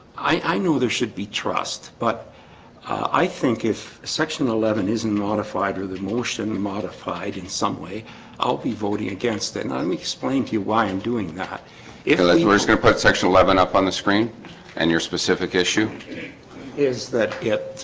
i know there should be trust but i think if section eleven isn't modified or the motion modified in some way i'll be voting against it and i'll explain to you why i'm doing that it'll is we're just gonna put section eleven up on the screen and your specific issue is that it?